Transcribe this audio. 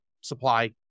Supply